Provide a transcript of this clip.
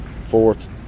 Fourth